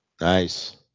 Nice